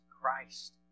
Christ